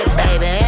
baby